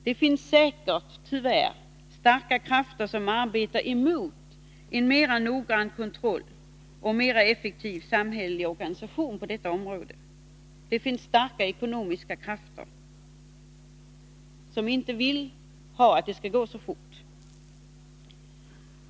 Det finns tyvärr säkert starka krafter som arbetar emot en mer noggrann kontroll och en mer effektiv samhällelig organisation på detta område. Det finns starka ekonomiska krafter som inte vill att arbetet skall gå så fort.